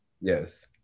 Yes